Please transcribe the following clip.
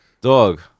dog